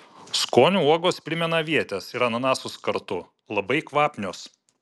skoniu uogos primena avietes ir ananasus kartu labai kvapnios